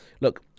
look